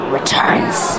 Returns